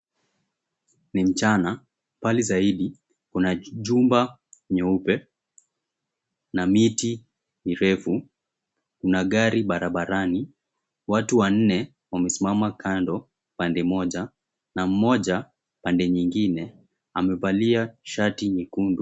Ni mchana mbali zaidi, kuna jumba nyeupe na miti mirefu, kuna gari barabarani, watu wanne wamesimama kando pande Moja na mmoja pande nyingine amevalia shati nyekundu.